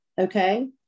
okay